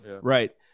right